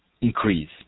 increase